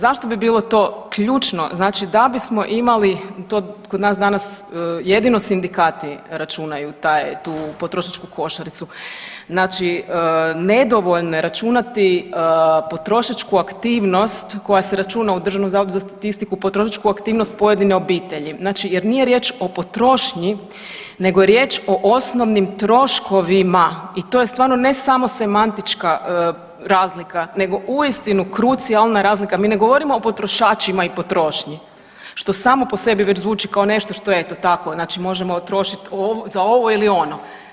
Zašto bi bilo to ključno, znači da bismo imali, to kod nas danas jedino sindikati računaju taj, tu potrošačku košaricu, znači nedovoljno je računati potrošačku aktivnost koja se računa u Državnom zavodu za statistiku, potrošačku aktivnost pojedine aktivnosti, znači jer nije riječ o potrošnji nego je riječ o osnovnim troškovima i to je stvarno ne samo semantička razlika nego uistinu krucijalna razlika, mi ne govorimo o potrošačima i potrošnji što samo po sebi već zvuči kao nešto što eto tako znači možemo trošit za ovo ili ono.